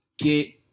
get